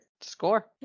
Score